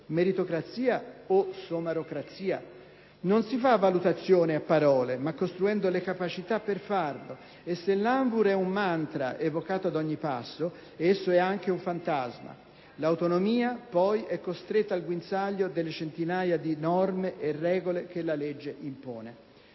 Meritocrazia o "somarocrazia"? Non si fa valutazione a parole, ma costruendo le capacità per farla e se l'ANVUR è un *mantra* evocato ad ogni passo, esso è anche un fantasma. L'autonomia poi, è costretta al guinzaglio dalle centinaia di norme e regole che la legge impone.